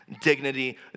dignity